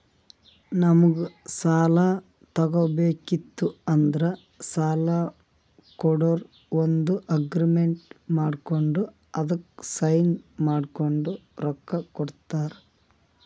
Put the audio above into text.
ನಮ್ಗ್ ಸಾಲ ತಗೋಬೇಕಿತ್ತು ಅಂದ್ರ ಸಾಲ ಕೊಡೋರು ಒಂದ್ ಅಗ್ರಿಮೆಂಟ್ ಮಾಡ್ಕೊಂಡ್ ಅದಕ್ಕ್ ಸೈನ್ ಮಾಡ್ಕೊಂಡ್ ರೊಕ್ಕಾ ಕೊಡ್ತಾರ